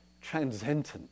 transcendent